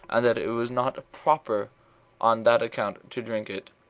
and that it was not proper on that account to drink it.